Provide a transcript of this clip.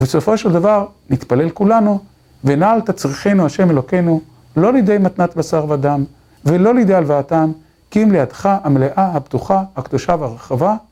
ובסופו של דבר נתפלל כולנו ונעל את צריכינו ה' אלוקינו לא לידי מתנת בשר ודם ולא לידי הלוואתם כי אם לידך המלאה הפתוחה הקדושה והרחבה